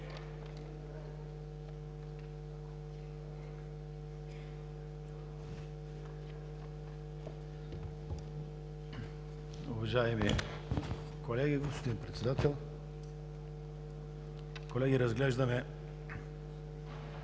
Уважаеми колеги, господин Председател! Колеги, разглеждаме